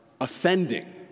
offending